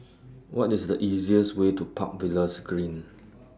What IS The easiest Way to Park Villas Green